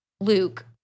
Luke